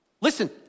listen